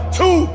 two